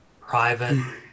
private